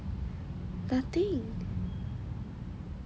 nothing